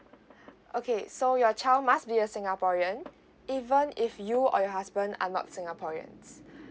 okay so your child must be a singaporean even if you or your husband are not singaporeans